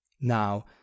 now